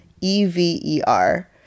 E-V-E-R